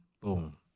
boom